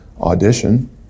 audition